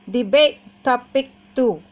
debate topic too